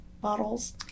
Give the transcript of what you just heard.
bottles